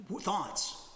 thoughts